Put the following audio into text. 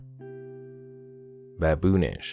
baboonish